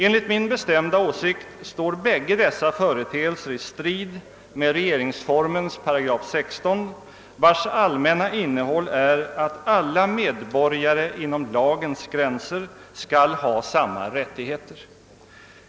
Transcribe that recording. Enligt min bestämda åsikt står bägge dessa företeelser i strid med regeringsformens § 16, vars allmänna innehåll är att alla medborgare inom Jlagens gränser skall ha samma rättigheter.